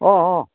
অঁ অঁ